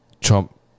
Trump